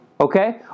Okay